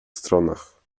stronach